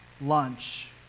lunch